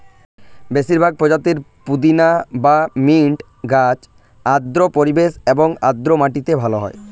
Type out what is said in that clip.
বেশিরভাগ প্রজাতির পুদিনা বা মিন্ট গাছ আর্দ্র পরিবেশ এবং আর্দ্র মাটিতে ভালো হয়